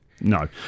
no